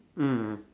mm